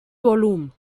volum